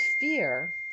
fear